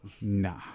Nah